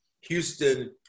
Houston